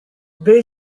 they